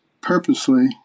purposely